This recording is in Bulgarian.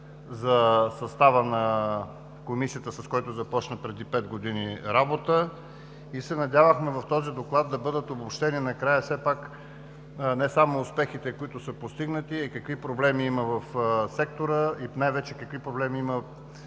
за състава на Комисията, който започна работа преди пет години. Надявахме се в Доклада да бъдат обобщени накрая все пак не само успехите, които са постигнати, а и какви проблеми има в сектора и най-вече какви проблеми има